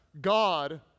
God